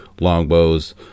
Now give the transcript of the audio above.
longbows